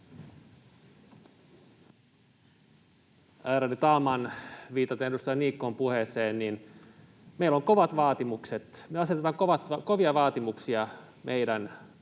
Ärade talman! Viitaten edustaja Niikon puheeseen: Meillä on kovat vaatimukset. Me asetetaan kovia vaatimuksia meidän